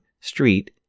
street